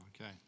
Okay